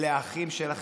אלה האחים שלכם.